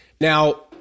Now